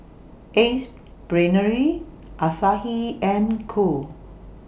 Ace Brainery Asahi and Cool